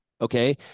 okay